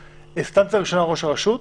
אלא אינסטנציה ראשונה היא ראש הרשות,